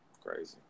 Crazy